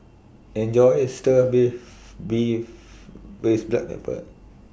Enjoy your Stir Beef Beef with Black Pepper